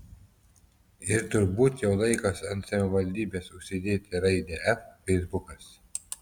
ir turbūt jau laikas ant savivaldybės užsidėti raidę f feisbukas